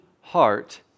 heart